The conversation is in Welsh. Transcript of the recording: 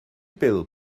bil